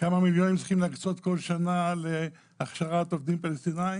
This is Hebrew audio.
כמה מיליונים צריך להקצות בכל שנה להכשרת עובדים פלסטינים,